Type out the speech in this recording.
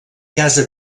casa